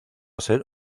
ser